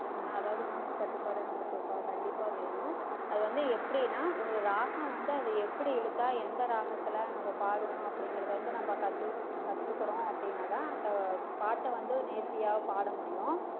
அதாவது மூச்சுக்கட்டுப்பாடு நம்மளுக்கு க கண்டிப்பாக வேணும் அதுவந்து எப்படின்னா ஒரு ராகம் வந்து அதை எப்படி இழுத்தா எந்த ராகத்தில் நம்ம பாடணும் அப்படிங்கிறத வந்து நம்ம கற்று கற்றுக்குறோம் அப்படின்னாதான் அந்த பாட்டை வந்து நேர்த்தியாக பாடமுடியும்